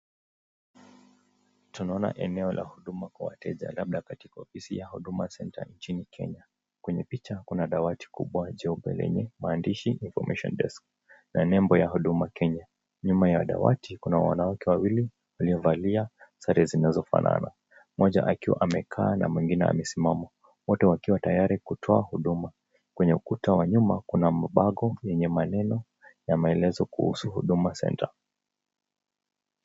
Tunaona eneo la huduma kwa wateja, labda katika ofisi ya Huduma Center nchini Kenya. Kwenye picha kuna dawati kubwa jeupe lenye maandishi Information Desk na nembo ya Huduma Kenya. Nyuma ya dawati kuna wanawake wawili waliovalia sare zinazofanana, mmoja akiwa amekaa na mwingine amesimama, wote wakiwa tayari kutoa huduma. Kwenye ukuta wa nyuma kuna mabango yenye maneno ya maelezo kuhusu Huduma Center.